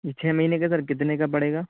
چھ مہینے کا سر کتنے کا پڑے گا